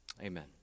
Amen